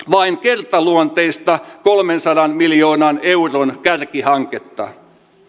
vain kertaluonteista kolmensadan miljoonan euron kärkihanketta